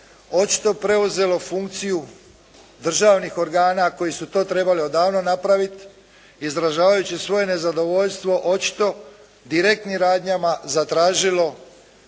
očito preuzelo funkciju državnih organa koji su to trebali odavno napraviti izražavajući svoje nezadovoljstvo očito direktnim radnjama zatražilo